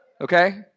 Okay